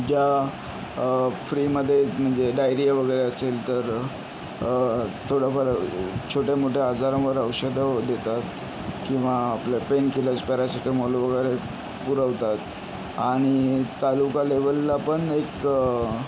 ज्या फ्रीमध्ये म्हणजे डायरीया वगैरे असेल तर थोडंफार छोट्या मोठ्या आजारांवर औषधं देतात किंवा आपलं पेनकिलर्स पॅरासिटेमॉल वगैरे पुरवतात आणि तालुका लेवलला पण एक